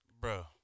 bro